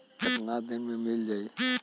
कितना दिन में मील जाई?